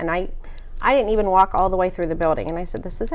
didn't even walk all the way through the building and i said this is